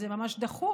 זה ממש דחוף,